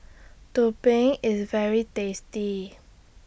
Tumpeng IS very tasty